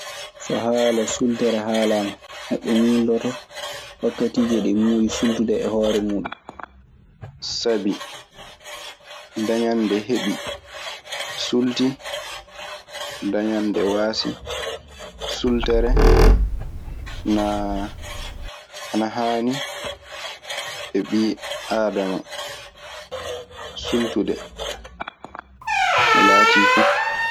So haala sultere haalaama, neɗɗo miiloton wakkatiiji non muyiri sultude e hore mun. Sabi dañan nde heɓi sulti, dañan nde waasi. Sultere naa ana haani e ɓii aadama. Sultude no laatii fu.